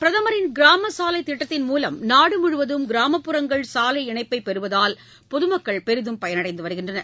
பிரதமரின் கிராமச் சாலை திட்டத்தின் மூவம் நாடு முழுவதும் கிராமப்புறங்கள் சாலை இணைப்பை பெறுவதால் பொதுமக்கள் பெரிதும் பயனடைந்து வருகின்றனர்